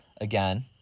again